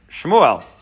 Shmuel